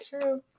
true